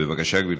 בבקשה, גברתי.